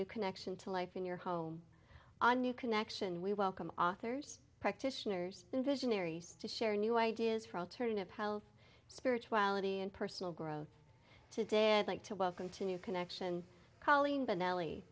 new connection to life in your home a new connection we welcome authors practitioners and visionaries to share new ideas for alternative health spirituality and personal growth today i'd like to welcome to new connection colleen benelli